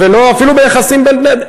ואפילו ביחסים בין בני-אדם.